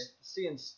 Seeing